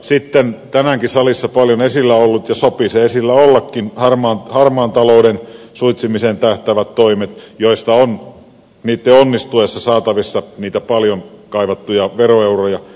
sitten tänäänkin salissa paljon esillä olleet ja sopii niiden esillä ollakin harmaan talouden suitsimiseen tähtäävät toimet joista on niitten onnistuessa saatavissa niitä paljon kaivattuja veroeuroja